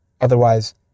otherwise